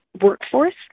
workforce